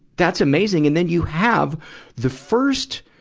that's amazing. and then you have the first,